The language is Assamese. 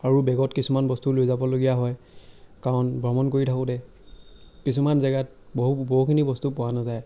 আৰু বেগত কিছুমান বস্তু লৈ যাবলগীয়া হয় কাৰণ ভ্ৰমণ কৰি থাকোঁতে কিছুমান জেগাত বহু বহুখিনি বস্তু পোৱা নেযায়